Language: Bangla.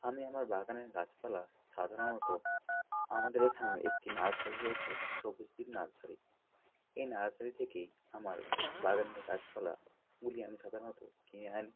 আমি আমার বাগানের গাছপালা সাধারণত আমাদের এখানের একটি নার্সারি রয়েছে সবুজ দ্বীপ নার্সারি এই নার্সারি থেকেই আমার বাগানের গাছপালাগুলি আমি সাধারণত কিনে আনি